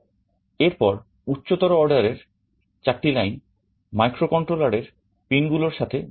এরপর উচ্চতর অর্ডার এর 4 টি লাইন মাইক্রোকন্ট্রোলারের পিনগুলোর সাথে যুক্ত থাকে